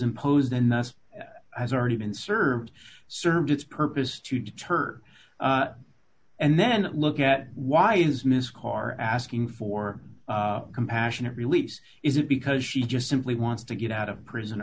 imposed in the us has already been served served its purpose to deter and then look at why is miss carr asking for a compassionate release is it because she just simply wants to get out of prison